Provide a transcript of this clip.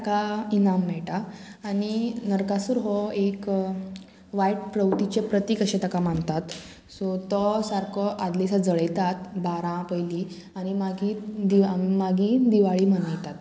ताका इनाम मेळटा आनी नरकासूर हो एक वायट प्रवृतीचे प्रतीक अशें ताका मानतात सो तो सारको आदल्या दिसा जळयतात बारां पयलीं आनी मागीर दिवा मागी दिवाळी मनयतात